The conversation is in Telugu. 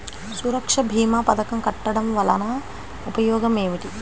సురక్ష భీమా పథకం కట్టడం వలన ఉపయోగం ఏమిటి?